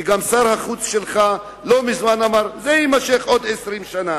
וגם שר החוץ שלך לא מזמן אמר שזה יימשך עוד 20 שנה.